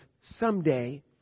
someday